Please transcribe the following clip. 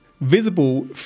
Visible